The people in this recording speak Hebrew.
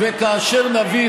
נגמר הזמן.